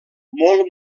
molt